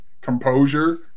composure